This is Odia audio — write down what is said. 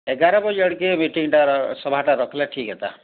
ଏଗାର ବାଜେ ଆଡ଼େକେ ମିଟିଂଟା ସଭାଟା ରଖିଲେ ଠିକ ହେତା